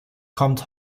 kommt